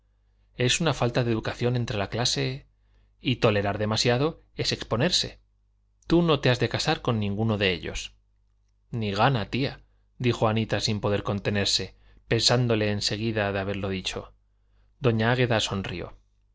es una falta de educación entre la clase y tolerar demasiado es exponerse tú no te has de casar con ninguno de ellos ni gana tía dijo anita sin poder contenerse pesándole en seguida de haberlo dicho doña águeda sonrió